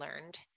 learned